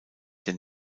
den